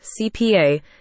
CPA